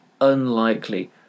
unlikely